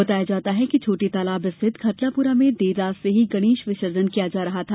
बताया जाता है कि छोटे तालाब स्थित खटलापुरा में देर रात से ही गणेश विसर्जन किया जा रहा था